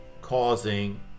causing